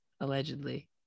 allegedly